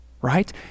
Right